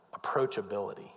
approachability